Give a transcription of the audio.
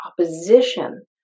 opposition